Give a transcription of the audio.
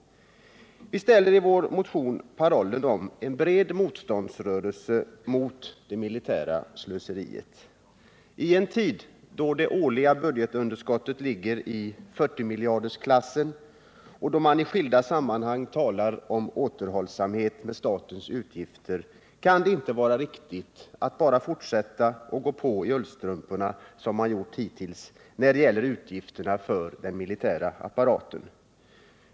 Vi ställer i vår motion paroller om en bred motståndsrörelse mot det militära slöseriet. I en tid då det årliga budgetunderskottet ligger i 40 miljardersklassen och då man i skilda sammanhang talar om återhållsamhet med statens utgifter kan det inte vara riktigt att bara gå på i ullstrumporna som man gjort hittills när det gäller utgifterna för den militära apparaten.